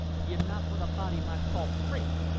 ye're na what a body might call freight.